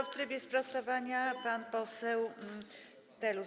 W trybie sprostowania pan poseł Telus.